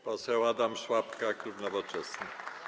Poseł Adam Szłapka, klub Nowoczesna.